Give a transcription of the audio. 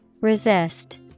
Resist